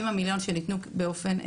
גם בחזון וערכי הארגון, גם בביטחון ומודיעין,